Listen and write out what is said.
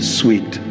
sweet